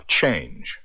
change